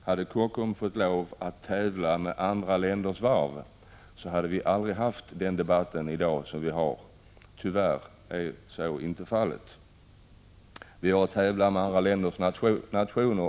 Hade Kockums fått lov att tävla med andra länders varv på lika villkor, hade vi aldrig haft den debatt som vi i dag tyvärr har. Kockums tävlar med andra länders regeringar.